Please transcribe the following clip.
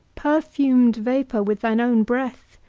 perfumed vapour with thine own breath,